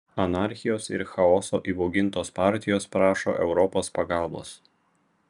anarchijos ir chaoso įbaugintos partijos prašo europos pagalbos